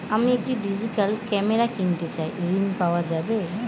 আমি একটি digital camera কিনতে চাই ঝণ পাওয়া যাবে?